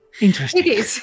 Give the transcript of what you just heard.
interesting